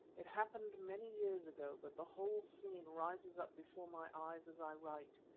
it happened many years ago, but the whole scene rises up before my eyes as i write.